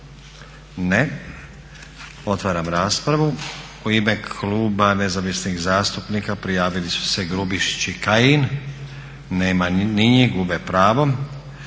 Ne. Otvaram raspravu. U ime Kluba Nezavisnih zastupnika prijavili su se Grubišić i Kajin. Nema ni njih, gube pravo.